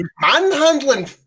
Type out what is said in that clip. manhandling